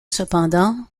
cependant